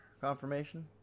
confirmation